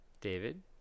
David